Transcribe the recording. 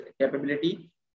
capability